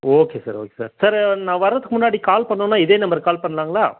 okay sir okay sir sir நான் வர்றதுக்கு முன்னாடி கால் பண்ணுன்னா இதே நம்பருக்கு கால் பண்ணலாங்ளா